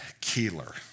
keeler